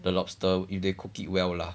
the lobster if they cook it well lah